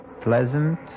pleasant